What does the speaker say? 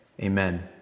amen